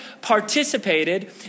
participated